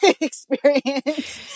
experience